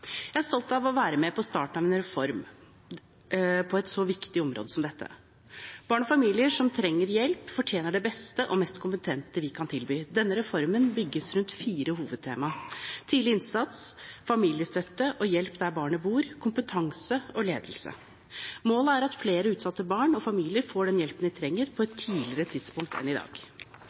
Jeg er stolt av å være med på starten av en reform på et så viktig område som dette. Barn og familier som trenger hjelp, fortjener det beste og mest kompetente vi kan tilby. Denne reformen bygges rundt fire hovedtema: tidlig innsats, familiestøtte og hjelp der barnet bor, kompetanse og ledelse. Målet er at flere utsatte barn og familier får den hjelpen de trenger, på et tidligere tidspunkt enn i dag.